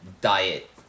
diet